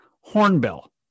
hornbill